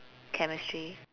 chemistry